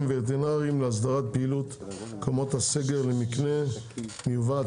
הווטרינריים להסדרת פעילות מקומות הסגר למקנה מיובא,